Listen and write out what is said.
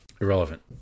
irrelevant